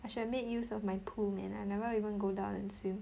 I should have made use of my pool man I never even go down and swim